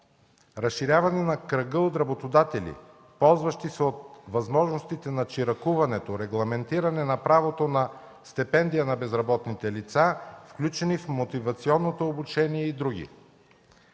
разширяване на кръга от работодатели, ползващи се от възможностите на чиракуването; регламентиране на правото на стипендия на безработните лица, включени в мотивационното обучение и други;